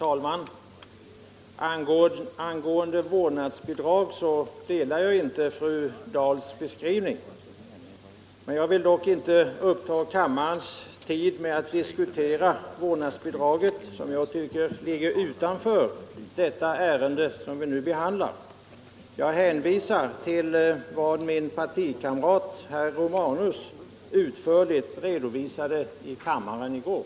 Herr talman! Jag delar inte fru Dahls beskrivning av vårdnadsbidraget. Jag vill dock inte uppta kammarens tid med att diskutera detta bidrag, som jag tycker ligger utanför det ärende som vi nu behandlar. Jag hänvisar till vad min partikamrat herr Romanus utförligt redovisade i kammaren i går.